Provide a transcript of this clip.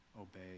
obey